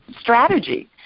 strategy